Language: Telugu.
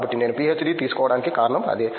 కాబట్టి నేను పీహెచ్డీ తీసుకోవడానికి కారణం అదే